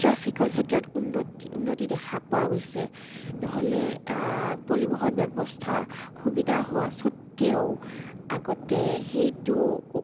ট্ৰেফিকৰ ক্ষেত্ৰত উন্নতি উন্নতি দেখা পোৱা গৈছে নহ'লে পৰিবহণ ব্যৱস্থা সুবিধা হোৱা স্বত্বেও আগতে সেইটো